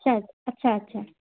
আচ্ছা আচ্ছা